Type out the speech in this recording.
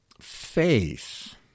faith—